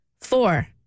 four